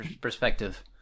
perspective